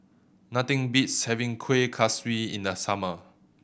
nothing beats having Kueh Kaswi in the summer